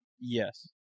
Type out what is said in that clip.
Yes